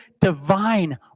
divine